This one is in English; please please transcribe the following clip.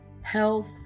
Health